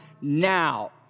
now